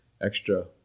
extra